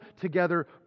together